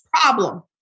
problem